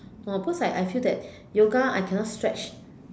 no because I I feel that yoga I cannot stretch